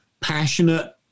passionate